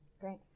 Great